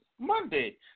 Monday